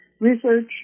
research